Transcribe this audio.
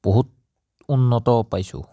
বহুত উন্নত পাইছোঁ